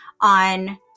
on